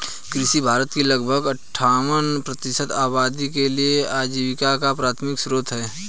कृषि भारत की लगभग अट्ठावन प्रतिशत आबादी के लिए आजीविका का प्राथमिक स्रोत है